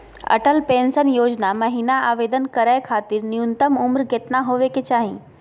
Atal pension योजना महिना आवेदन करै खातिर न्युनतम उम्र केतना होवे चाही?